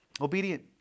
obedient